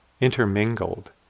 intermingled